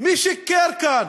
מי שיקר כאן?